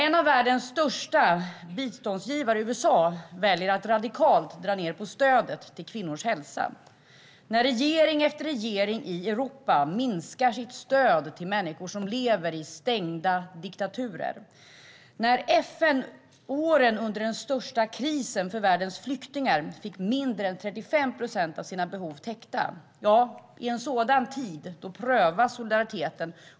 En av världens största biståndsgivare, USA, väljer att radikalt dra ned på stödet till kvinnors hälsa. Regering efter regering i Europa minskar sitt stöd till människor som lever i stängda diktaturer. FN fick under den värsta krisen för världens flyktingar mindre än 35 procent av behoven täckta. I en sådan tid prövas solidariteten.